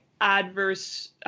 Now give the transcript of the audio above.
adverse